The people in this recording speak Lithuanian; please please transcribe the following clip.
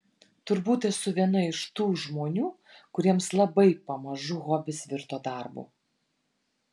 turbūt esu viena iš tų žmonių kuriems labai pamažu hobis virto darbu